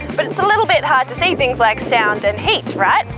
but it's a little bit hard to see things like sound and heat, right